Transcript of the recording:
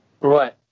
Right